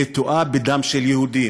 נטועה, בדם של יהודים,